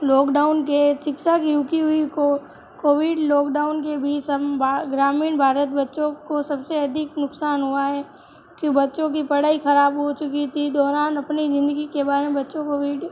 lockdown के शिक्षा की रुकी हुई को कोविड लॉकडाउन के बीच संभवता ग्रामीण भारत बच्चों को सब से अधिक नुकसान हुआ है कि बच्चों की पढ़ाई ख़राब हो चुकी थी दौरान अपनी ज़िंदगी के बारे में बच्चों को वीडियो